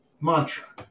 mantra